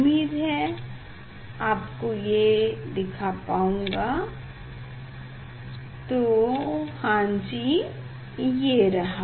उम्मीद है आपको ये दिखा पाऊँगा हाँ जी ये रहा